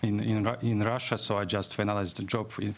(מדבר באנגלית, להלן תרגום חופשי)